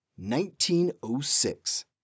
1906